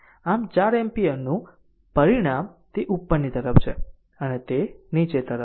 આમ 4 એમ્પીયરનું પરિણામ તે ઉપર તરફ છે અને તે નીચે તરફ છે